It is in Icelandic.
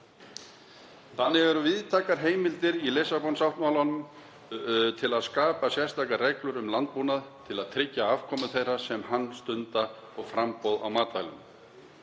Þannig eru víðtækar heimildir í Lissabonsáttmálanum til að skapa sérstakar reglur um landbúnað til að tryggja afkomu þeirra sem hann stunda og framboð á matvælum.